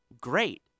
great